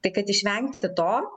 tai kad išvengti to